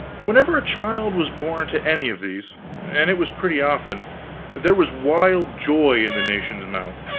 whenever a child was born to any of these and it was pretty often there was wild joy in the nation's mouth,